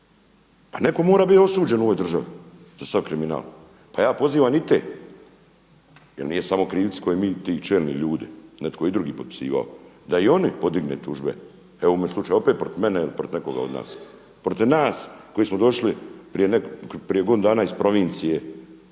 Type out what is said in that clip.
Pa netko mora biti osuđen u ovoj državi za sav kriminal. Pa ja pozivam i te jer nisu samo krivci ti čelni ljudi, netko je i drugi potpisivao, da i oni podignu tužbe. Evo moj slučaj, protiv mene ili protiv nekoga od nas. Protiv nas koji smo došli prije godinu dana iz provincije